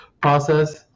process